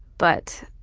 but